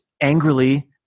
angrily